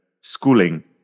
schooling